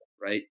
right